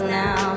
now